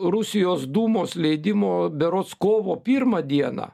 rusijos dūmos leidimo berods kovo pirmą dieną